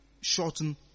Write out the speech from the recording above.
shorten